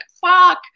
fuck